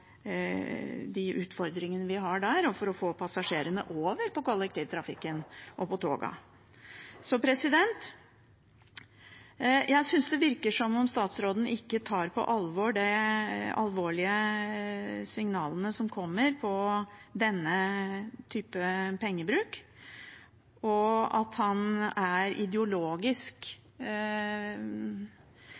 de utfordringene vi har der, og det å få passasjerene over på kollektivtrafikk og tog. Jeg synes det virker som om statsråden ikke tar på alvor de alvorlige signalene som kommer på denne typen pengebruk, og at han ideologisk mener at den oppsplittingen som regjeringen holder på med, er